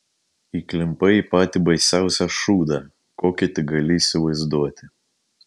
įklimpai į patį baisiausią šūdą kokį tik gali įsivaizduoti